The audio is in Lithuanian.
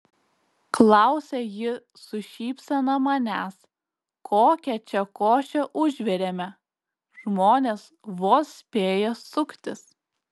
klausia ji su šypsena manęs kokią čia košę užvirėme žmonės vos spėja suktis